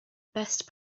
best